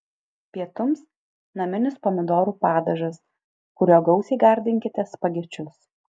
pietums naminis pomidorų padažas kuriuo gausiai gardinkite spagečius